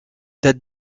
date